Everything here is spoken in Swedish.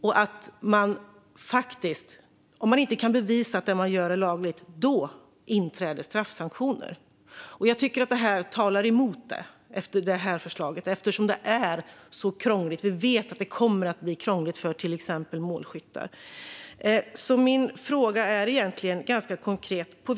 Om man inte kan bevisa att det man gör är lagligt inträder straffsanktioner. Det här förslaget talar emot det. Vi vet att det kommer att bli krångligt för till exempel målskyttar. Min fråga är ganska konkret.